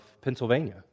Pennsylvania